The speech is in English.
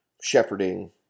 shepherding